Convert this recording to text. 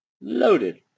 Loaded